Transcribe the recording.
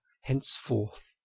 henceforth